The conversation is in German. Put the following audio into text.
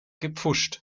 gepfuscht